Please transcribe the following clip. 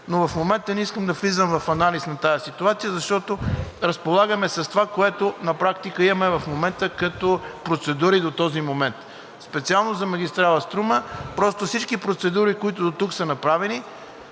но в момента не искам да влизам в анализ на тази ситуация, защото разполагаме с това, което на практика имаме в момента – като процедури, до този момент. Специално за магистрала „Струма“ всички процедури, които дотук са направени,